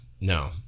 No